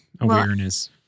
awareness